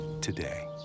today